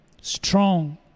strong